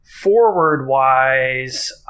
Forward-wise